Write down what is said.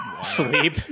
sleep